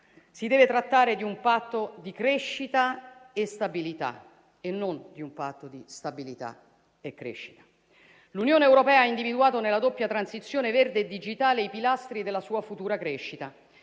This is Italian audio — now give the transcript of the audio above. si deve trattare di un patto di crescita e stabilità e non di un patto di stabilità e crescita. L'Unione europea ha individuato, nella doppia transizione verde e digitale, i pilastri della sua futura crescita.